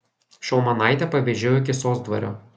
šaumanaitę pavėžėjau iki sosdvario